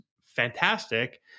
fantastic